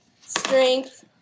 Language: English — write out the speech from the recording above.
Strength